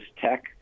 tech